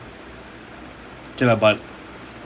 okay lah but